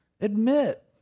Admit